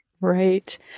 Right